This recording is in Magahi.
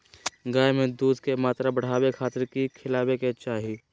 गाय में दूध के मात्रा बढ़ावे खातिर कि खिलावे के चाही?